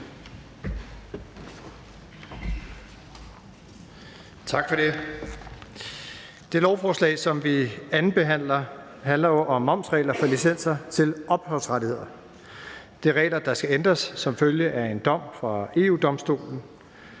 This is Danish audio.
Tak for det. Det lovforslag, som vi andenbehandler, handler om momsregler for licenser til ophavsrettigheder. Det er regler, der skal ændres som følge af en dom fra EU-Domstolen,